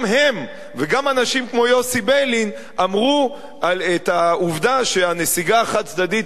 גם הם וגם אנשים כמו יוסי ביילין אמרו את העובדה שהנסיגה החד-צדדית